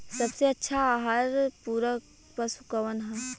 सबसे अच्छा आहार पूरक पशु कौन ह?